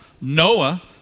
Noah